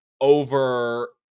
over